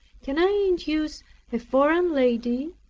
can i induce a foreign lady,